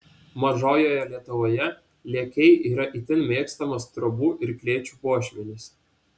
mažojoje lietuvoje lėkiai yra itin mėgstamas trobų ir klėčių puošmenys